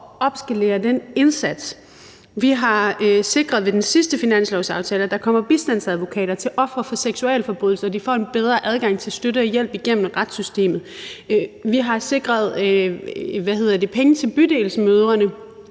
på digitale krænkelser. Vi har ved den seneste finanslovsaftale sikret, at der kommer bistandsadvokater til ofre for seksualforbrydelser, og at de får en bedre adgang til støtte og hjælp igennem retssystemet. Vi har sikret penge til Bydelsmødrene,